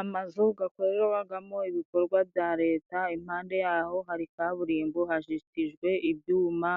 Amazu gakorerwagamo ibikorwa bya Leta. Impande y'aho hari kaburimbo hajitijwe ibyuma,